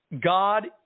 God